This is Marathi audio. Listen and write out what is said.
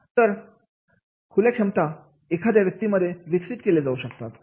तर अशा खुल्या क्षमता एखाद्या व्यक्तीमध्ये विकसित केले जाऊ शकतात